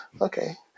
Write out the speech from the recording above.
Okay